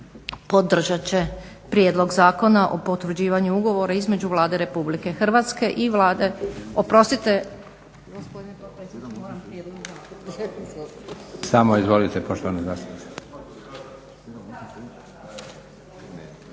podržat će prijedlog Zakona o potvrđivanju ugovora između Vlade Republike Hrvatske i Vlade, oprostite